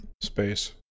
Space